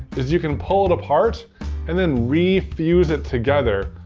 is you can pull it apart and then re-fuse it together,